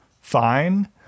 fine